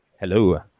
Hello